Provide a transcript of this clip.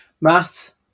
Matt